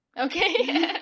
Okay